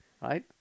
right